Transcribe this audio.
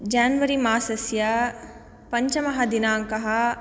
January मासस्य पञ्चमः दिनाङ्कः